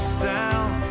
sound